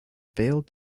failed